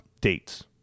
dates